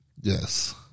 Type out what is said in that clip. yes